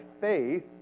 faith